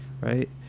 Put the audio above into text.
right